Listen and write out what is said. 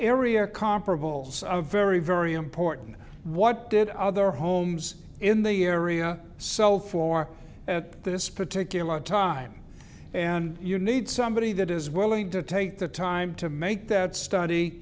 area comparables of very very important what did other homes in the area sell for at this particular time and you need somebody that is willing to take the time to make that study